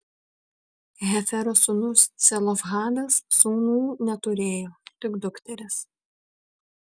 hefero sūnus celofhadas sūnų neturėjo tik dukteris